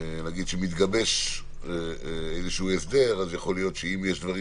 כאשר מתגבש איזשהו הסדר יכול להיות שיש דברים